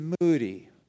moody